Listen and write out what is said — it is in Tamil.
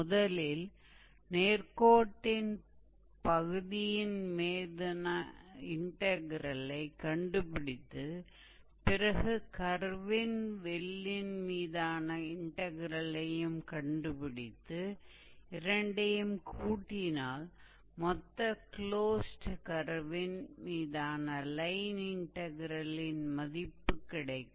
முதலில் நேர்க்கோட்டின் பகுதியின் மீதான இன்டக்ரெலை கண்டுபிடித்து பிறகு கர்வின் வில்லின் மீதான இன்டக்ரெல்லை கண்டுபிடித்து இரண்டையும் கூட்டினால் மொத்த க்ளோஸ்டு கர்வின் மீதான லைன் இன்டக்ரெலின் மதிப்பு கிடைக்கும்